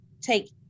take